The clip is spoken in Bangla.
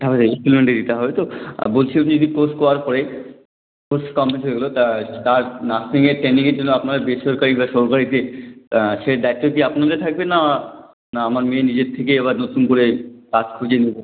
তাহলে ইন্সটলমেন্টেি দিতে হবে তো আর বলছি যদি কোর্স করার পরে কোর্স কমপ্লিট হয়ে গেলো তার তার নার্সিংয়ের ট্রেনিংয়ের জন্য আপনাদের বেসরকারি বা সরকারিতে সেই দায়িত্বও কি আপনাদের থাকবে না না আমার মেয়ে নিজের থেকেই এবার নতুন করে কাজ খুঁজে নেবে